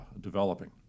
developing